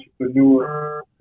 entrepreneur